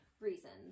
reasons